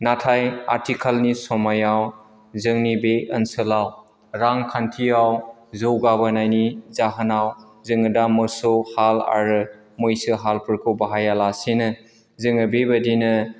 नाथाय आथिखालनि समायाव जोंनि बे ओनसोलाव रांखान्थियाव जौगाबोनायनि जाहोनाव जोङो दा मोसौ हाल आरो मैसो हालफोरखौ बाहायालासिनो जोङो बेबादिनो